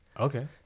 Okay